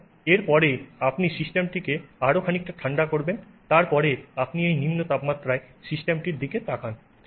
এবং এরপরে আপনি সিস্টেমটিকে আরও খানিকটা ঠাণ্ডা করবেন তারপরে আপনি এই নিম্ন তাপমাত্রায় সিস্টেমটির দিকে তাকান